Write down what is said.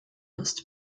ist